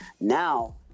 Now